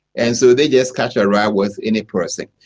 and so they just catch a ride with any person.